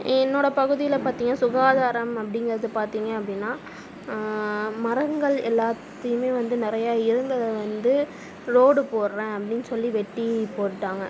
என்னோடய பகுதியில் பார்த்திங்க சுகாதாரம் அப்படிங்குறது பார்த்திங்க அப்படின்னா மரங்கள் எல்லாத்தையும் வந்து நிறையா இருந்ததை வந்து ரோடு போடுறன் அப்படின்னு சொல்லி வெட்டி போட்டாங்க